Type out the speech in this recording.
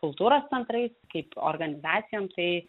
kultūros centrais kaip organizacijom tai